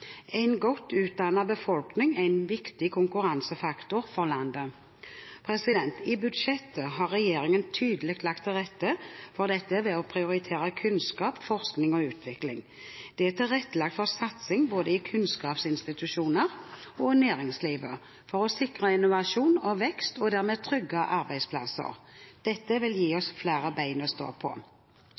En godt utdannet befolkning er en viktig konkurransefaktor for landet. I budsjettet har regjeringen tydelig lagt til rette for dette ved å prioritere kunnskap, forskning og utvikling. Det er tilrettelagt for satsing både i kunnskapsinstitusjoner og i næringslivet for å sikre innovasjon og vekst og dermed trygge arbeidsplasser. Dette vil gi oss flere bein å stå på.